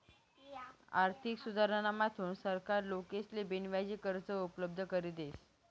आर्थिक सुधारणाथून सरकार लोकेसले बिनव्याजी कर्ज उपलब्ध करी देस